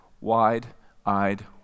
Wide-eyed